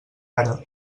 ara